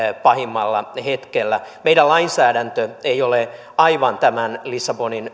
pahimmalla hetkellä meidän lainsäädäntömme ei ole aivan tämän lissabonin